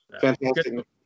Fantastic